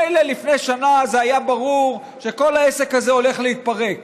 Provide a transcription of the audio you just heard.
מילא לפני שנה זה היה ברור שכל העסק הזה הולך להתפרק,